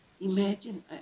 imagine